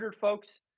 folks